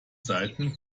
seiten